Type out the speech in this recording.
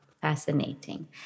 fascinating